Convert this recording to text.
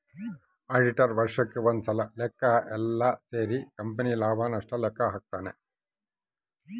auditor ವರ್ಷಕ್ ಒಂದ್ಸಲ ಲೆಕ್ಕ ಯೆಲ್ಲ ಸೇರಿ ಕಂಪನಿ ಲಾಭ ನಷ್ಟ ಲೆಕ್ಕ ಹಾಕ್ತಾನ